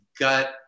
gut